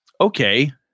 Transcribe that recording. Okay